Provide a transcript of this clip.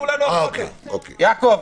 יעקב,